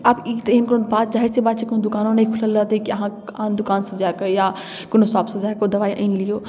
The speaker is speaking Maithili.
आब ई तऽ एहन कोनो बात जाहिरसन बात छै कोनो दुकानो नहि खुलल रहतै कि अहाँ आन दोकानसँ जाकऽ या कोनो शॉपसँ जाकऽ ओ दवाइ आनि लिऔ